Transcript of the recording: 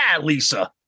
Lisa